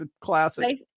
classic